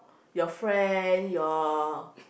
your friend your